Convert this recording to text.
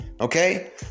okay